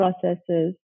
processes